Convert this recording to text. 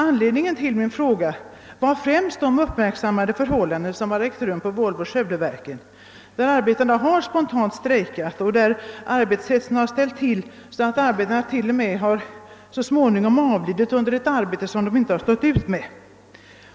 Anledningen till min fråga var främst de uppmärksammade förhållandena vid Volvo-Skövdeverken, där «arbetarna spontant har strejkat och där arbetshetsen har medfört att arbetare t.o.m. så småningom har avlidit under ett arbete som de inte har stått ut med.